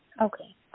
Okay